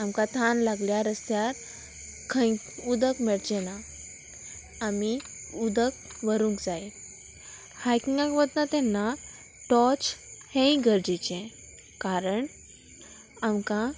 आमकां थान लागल्या रस्त्यार खंय उदक मेळचें ना आमी उदक व्हरूंक जाय हायकिंगाक वता तेन्ना टॉर्च हेंय गरजेचें कारण आमकां